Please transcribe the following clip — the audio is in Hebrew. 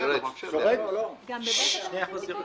גם ב-(ב) אתם עושים תיקון?